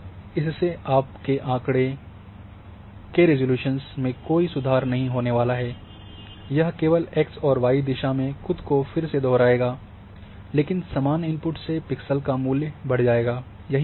लेकिन इससे आपके आँकड़ों के रिज़ॉल्यूशन में कोई सुधार नहीं होने वाला है यह केवल x और y दिशा में ख़ुद को फिर से दोहराएगा लेकिन समान इनपुट से पिक्सेल का मूल्य बढ़ जाएगा है